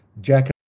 jack